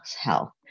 health